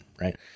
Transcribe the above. right